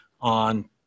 on